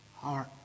heart